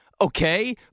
okay